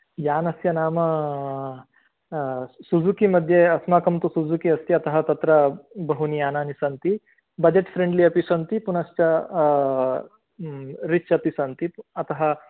यानस्य नाम सुझुकी मद्ये अस्माकं तु सुझुकी अस्ति अतः तत्र बहूनि यानानि सन्ति बड्जट् फ्रेण्ड्लि अपि सन्ति पुनश्च रिच् अपि सन्ति अतः